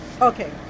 Okay